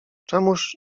czemuż